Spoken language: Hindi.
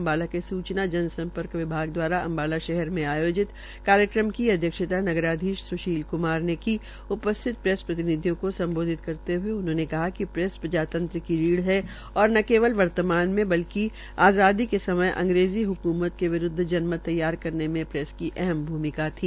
अम्बाला के सूचना विभाग दवारा अम्बाला शहर के आयोजित कार्यक्रम की अध्यक्षता नगराधीश स्शील क्मार उपस्थित प्रेस प्रतिनिधियों को सम्बोधित करते हए उन्होंने कहा कि प्रेस प्रजांतत्र की रीढ़ है और न केवल वर्तमान में बल्कि आज़ादी के समय अंग्रेजी हक्मत के विरूद्व जनमत तैयार करने में प्रेस का अहम भूमिका थी